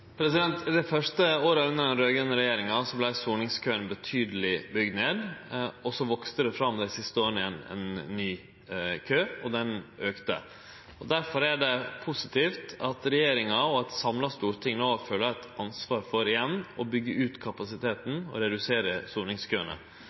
det fram igjen dei siste åra ein ny kø, og han auka. Derfor er det positivt at regjeringa og eit samla storting no føler eit ansvar for igjen å byggje ut kapasiteten